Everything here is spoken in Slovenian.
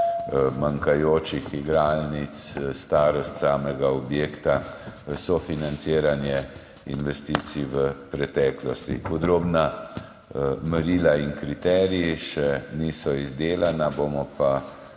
manjkajočih igralnic, starost samega objekta, sofinanciranje investicij v preteklosti. Podrobna merila in kriteriji še niso izdelani, bomo pa